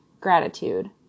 gratitude